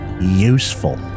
useful